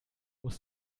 muss